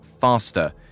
faster